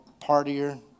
partier